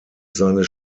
seines